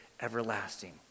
everlasting